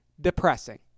depressing